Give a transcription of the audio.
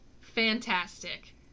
Fantastic